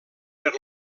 per